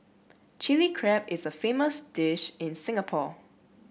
Chilli Crab is a famous dish in Singapore